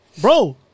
Bro